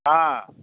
हँ